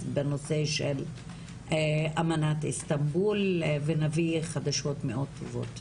בנושא של אמנת איסטנבול ונביא חדשות מאוד טובות,